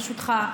ברשותך,